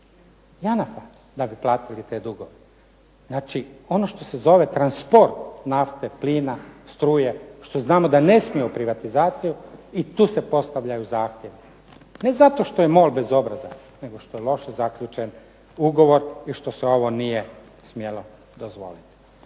JANAF-a da bi platili te dugove. Znači, ono što se zove transport nafte, plina, struje, što znamo da ne smije u privatizaciju i tu se postavljaju zahtjevi ne zato što je MOL bezobrazan, nego što je loše zaključen ugovor i što se ovo nije smjelo dozvoliti.